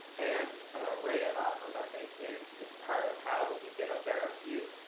and an array of outcomes, i think, is is part of how we get a better view,